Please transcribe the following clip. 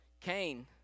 Cain